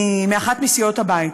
מאחת מסיעות הבית.